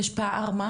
יש פער מה?